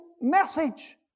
message